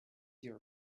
your